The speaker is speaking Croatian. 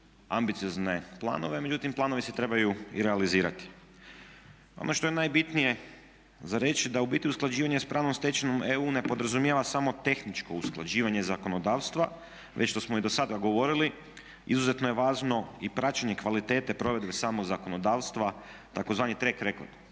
ambiciozne planove međutim planovi se trebaju i realizirati. Ono što je najbitnije za reći da u biti usklađivanje s pravnom stečevinom EU ne podrazumijeva samo tehničko usklađivanje zakonodavstva već što smo i dosada govorili izuzetno je važno i praćenje kvalitete provedbe samog zakonodavstva tzv. track-record